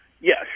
Yes